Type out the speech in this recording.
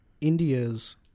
India's